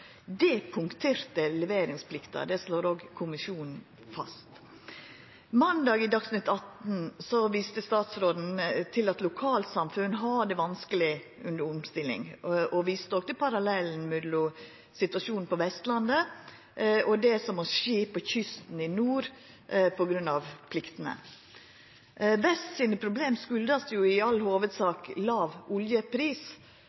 Det punkterte leveringsplikta – det slår òg kommisjonen fast. Måndag i Dagsnytt atten viste statsråden til at lokalsamfunn har det vanskeleg under omstilling, og han viste òg til parallellen mellom situasjonen på Vestlandet og det som må skje på kysten i nord på grunn av pliktene. Vestlandet sine problem kjem i all